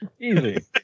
easy